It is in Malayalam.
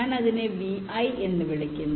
ഞാൻ അതിനെ Vi എന്ന് വിളിക്കുന്നു